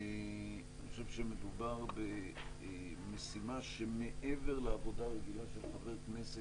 אני חושב שמדובר במשימה שמעבר לעבודה רגילה של חבר כנסת,